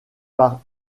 par